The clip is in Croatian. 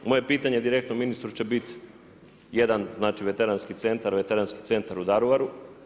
Moje pitanje direktno ministru će biti jedan znači veteranski centar, veteranski centar u Daruvaru.